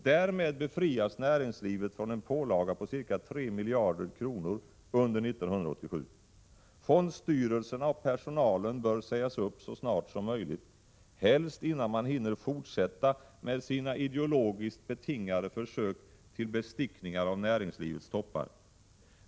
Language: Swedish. Därmed befrias näringslivet från en pålaga på ca 3 miljarder kronor under 1987. Fondstyrelserna och personalen bör sägas upp så snart som möjligt — helst innan man hinner fortsätta med sina ideologiskt betingade försök till bestickningar av näringslivets toppar.